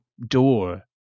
door